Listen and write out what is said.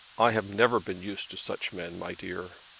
i have never been used to such men, my dear.